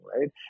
right